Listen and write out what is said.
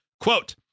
Quote